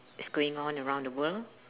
is going on around the world